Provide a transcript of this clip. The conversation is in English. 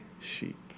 sheep